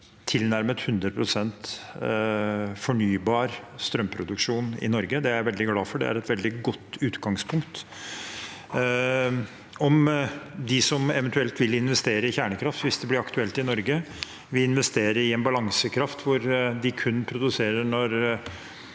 tilnærmet 100 pst. fornybar strømproduksjon i Norge. Det er jeg veldig glad for. Det er et veldig godt utgangspunkt. Om de som eventuelt vil investere i kjernekraft, hvis det blir aktuelt i Norge, vil investere i en balansekraft hvor de kun produserer når